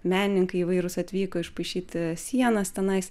menininkai įvairūs atvyko išpaišyti sienas tenais